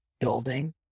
building